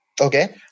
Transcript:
Okay